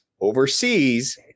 overseas